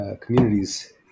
communities